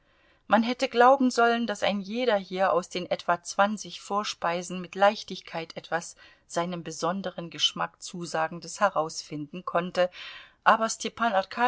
man hätte glauben sollen daß ein jeder hier aus den etwa zwanzig vorspeisen mit leichtigkeit etwas seinem besonderen geschmack zusagendes herausfinden konnte aber stepan